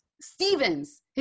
Stevens